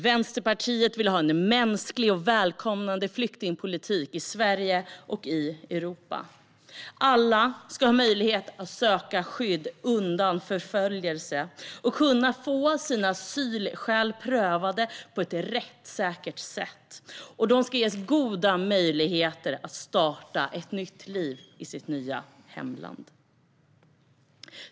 Vänsterpartiet vill se en mänsklig och välkomnande flyktingpolitik i Sverige och Europa. Alla ska ha möjlighet att söka skydd undan förföljelse och kunna få sina asylskäl prövade på ett rättssäkert sätt och ges goda möjligheter att starta ett nytt liv i sitt nya hemland.